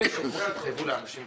יש פה מס הכנסה שלילי?